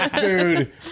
Dude